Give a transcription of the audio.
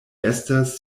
estas